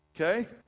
okay